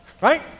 right